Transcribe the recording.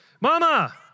Mama